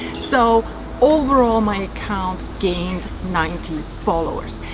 so overall, my account gained ninety followers.